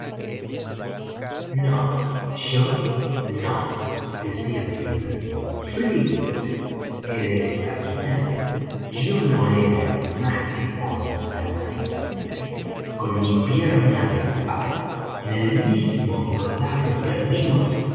yo no decía silver flint era el capitán yo no era más que contramaestre con mi pierna de palo en el mismo abordaje perdimos